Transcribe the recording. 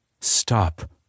Stop